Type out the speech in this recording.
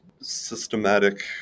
systematic